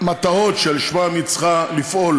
המטרות שלשמן היא צריכה לפעול